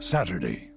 Saturday